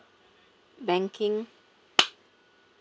banking